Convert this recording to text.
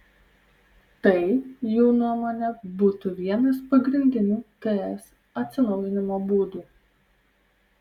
tai jų nuomone būtų vienas pagrindinių ts atsinaujinimo būdų